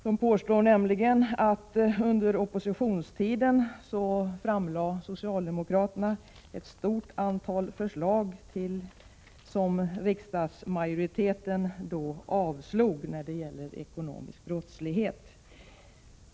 Man påstår nämligen att socialdemokraterna under sin tid i opposition framlade ett stort antal förslag som riksdagsmajoriteten avslog när det gäller den ekonomiska brottsligheten.